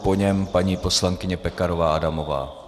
Po něm paní poslankyně Pekarová Adamová.